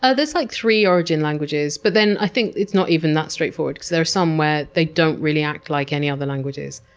ah there's like three origin languages. but then, i think it's not even that straight forward because there are some where they don't really act like any other languages.